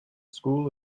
school